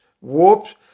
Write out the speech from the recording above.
whoops